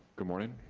good morning.